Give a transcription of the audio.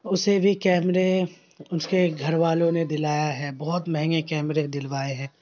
اسے بھی کیمرے اس کے گھر والوں نے دلایا ہے بہت مہنگے کیمرے دلوائے ہیں